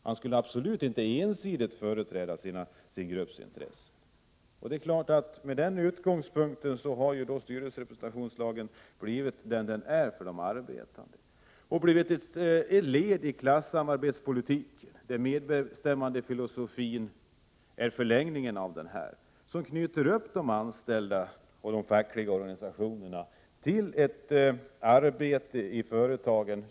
Han skulle absolut inte ensidigt företräda sin grupps intressen. Med den utgångspunkten har styrelserepresentationslagen naturligtvis blivit vad den blivit för de arbetande. Den har blivit ett led i klassamarbetspolitiken, där medbestämmandefilosofin är förlängningen som knyter upp de anställda och de fackliga organisationerna till företaget.